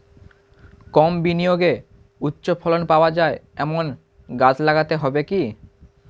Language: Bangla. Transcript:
কম বিনিয়োগে উচ্চ ফলন পাওয়া যায় এমন গাছ লাগাতে হবে কি?